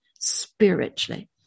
spiritually